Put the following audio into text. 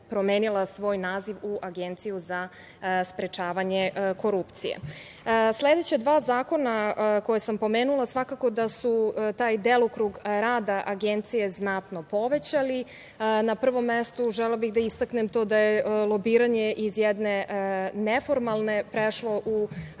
svoj naziv u Agenciju za sprečavanje korupcije. Sledeća dva zakona koja sam pomenula svakako da su taj delokrug rada Agencije znatno povećali. Na prvom mestu želela bih da istaknem to da je lobiranje iz jedne neformalne prešlo u zakonsku